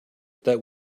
that